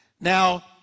Now